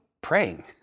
praying